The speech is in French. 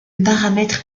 paramètre